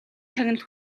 шагнал